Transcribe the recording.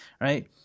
right